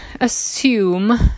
assume